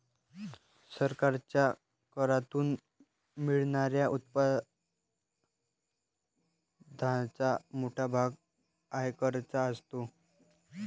सरकारच्या करातून मिळणाऱ्या उत्पन्नाचा मोठा भाग आयकराचा असतो